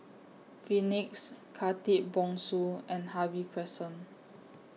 Phoenix Khatib Bongsu and Harvey Crescent